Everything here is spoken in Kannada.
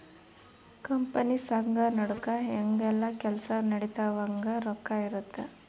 ಕಂಪನಿ ಸಂಘ ನಡುಕ ಹೆಂಗ ಯೆಲ್ಲ ಕೆಲ್ಸ ನಡಿತವ ಹಂಗ ರೊಕ್ಕ ಇರುತ್ತ